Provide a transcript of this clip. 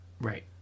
Right